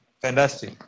fantastic